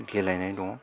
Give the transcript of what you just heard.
गेलेनाय दं